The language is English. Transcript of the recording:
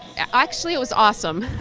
actually it was awesome.